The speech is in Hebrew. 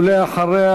ולאחריה,